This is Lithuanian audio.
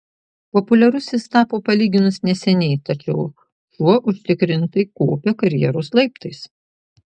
populiarus jis tapo palyginus neseniai tačiau šuo užtikrintai kopia karjeros laiptais